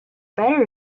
better